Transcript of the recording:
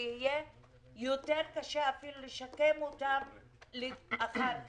שיהיה קשה יותר אפילו לשקם אותם אחר כך.